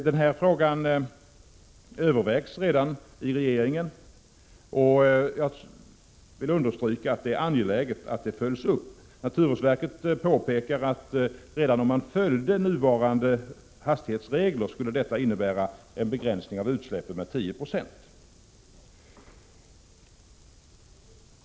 Denna fråga övervägs redan i regeringen, och jag vill understryka att det är angeläget att den följs upp. Naturvårdsverket påpekar att redan om man följde nuvarande hastighetsregler skulle det innebära en begränsning av utsläppen med 10 96.